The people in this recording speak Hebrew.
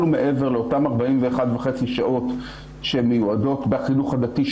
ומעבר לאותם 41.5 שעות שמיועדות בחינוך הדתי,